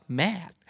mad